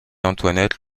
antoinette